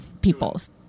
peoples